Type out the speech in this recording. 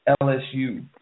LSU